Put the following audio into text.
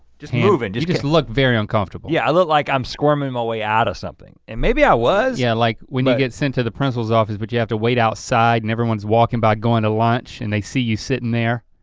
just moving. you just look very uncomfortable. yeah i look like i'm squirming my way out of something, and maybe i was yeah like when you get sent to the principal's office but you have to wait outside and everyone's walking by going to lunch and they see you sitting there.